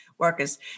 Workers